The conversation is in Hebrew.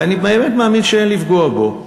ואני באמת מאמין שאין לפגוע בו,